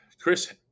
Chris